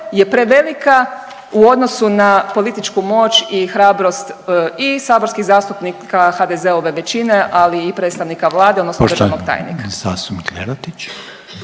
je prevelika u odnosu na političku moć i hrabrost i saborskih zastupnika HDZ-ove većine, ali i predstavnika Vlade odnosno državnog tajnika.